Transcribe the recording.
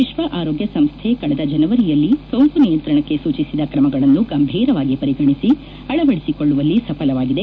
ವಿಶ್ವ ಆರೋಗ್ಯ ಸಂಸ್ಥೆ ಕಳೆದ ಜನವರಿಯಲ್ಲಿ ಸೋಂಕು ನಿಯಂತ್ರಣಕ್ಕೆ ಸೂಚಿಸಿದ ಕ್ರಮಗಳನ್ನು ಗಂಭೀರವಾಗಿ ಪರಿಗಣಿಸಿ ಅಳವಡಿಸಿಕೊಳ್ಳುವಲ್ಲಿ ಸಫಲವಾಗಿದೆ